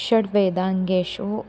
षड् वेदाङ्गेषु